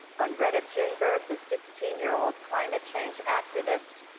on greta thunberg, the sixteen year old climate change activist,